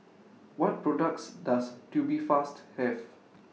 What products Does Tubifast Have